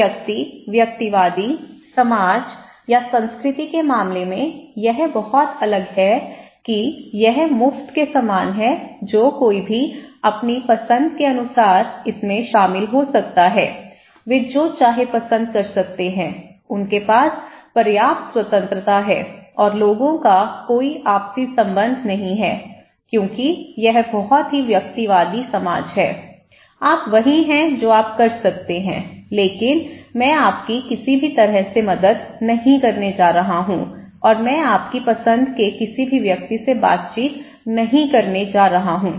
व्यक्ति व्यक्तिवादी समाज या संस्कृति के मामले में यह बहुत अलग है कि यह मुफ्त के समान है जो कोई भी अपनी पसंद के अनुसार इसमें शामिल हो सकता है वे जो चाहें पसंद कर सकते हैं उनके पास पर्याप्त स्वतंत्रता है और लोगों का कोई आपसी संबंध नहीं है क्योंकि यह बहुत ही व्यक्तिवादी समाज है आप वही हैं जो आप कर सकते हैं लेकिन मैं आपकी किसी भी तरह से मदद नहीं करने जा रहा हूं और मैं आपकी पसंद के किसी भी व्यक्ति से बातचीत नहीं करने जा रहा हूं